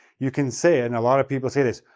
you can say, and a lot of people say this,